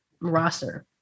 roster